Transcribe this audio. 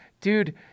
Dude